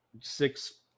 Six